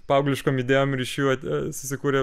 paaugliškom idėjom ir iš jų susikurė